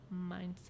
mindset